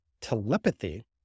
telepathy